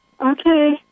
Okay